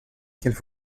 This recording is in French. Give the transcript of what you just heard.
qu’elle